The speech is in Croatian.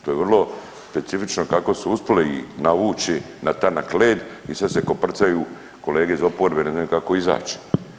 To je vrlo specifično kako su uspili navući na tanak led i sad se koprcaju kolege iz oporbe, ne znaju kako izaći.